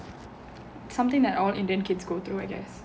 something that all indian kids go through I guess